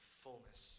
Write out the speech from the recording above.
fullness